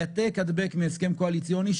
העתק-הדבק מהסכם קואליציוני.